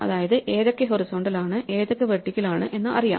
അതായത് ഏതൊക്കെ ഹൊറിസോണ്ടൽ ആണ് ഏതൊക്ക വെർട്ടിക്കൽ ആണ് എന്നു അറിയാം